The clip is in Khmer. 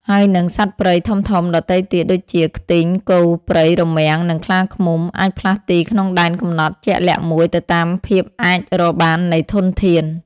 ហើយនិង សត្វព្រៃធំៗដទៃទៀត ដូចជា ខ្ទីង គោព្រៃ រមាំង និងខ្លាឃ្មុំ អាចផ្លាស់ទីក្នុងដែនកំណត់ជាក់លាក់មួយទៅតាមភាពអាចរកបាននៃធនធាន។